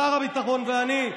שר הביטחון ואני,